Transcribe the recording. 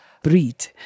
Breed